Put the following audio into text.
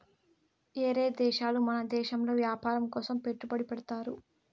ఏరే దేశాలు మన దేశంలో వ్యాపారం కోసం పెట్టుబడి పెడ్తారు